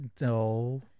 no